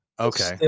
okay